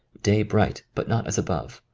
day bright, but not as above.